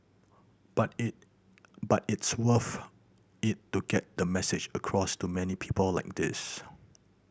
but it but it's worth it to get the message across to many people like this